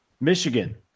Michigan